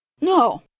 No